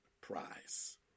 prize